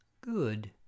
good